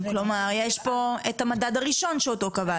כלומר יש פה את המדד הראשון שאותו קבעתם.